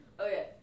Okay